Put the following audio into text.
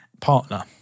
partner